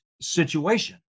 situation